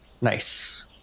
nice